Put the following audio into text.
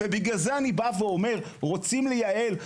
בגלל זה אני אומר, רוצים לייעל?